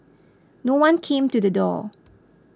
no one came to the door